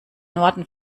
norden